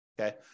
Okay